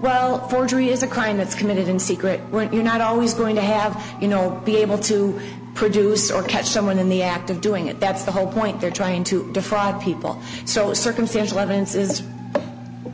forgery is a crime that's committed in secret when you're not always going to have you know be able to produce or catch someone in the act of doing it that's the whole point they're trying to defraud people so circumstantial evidence is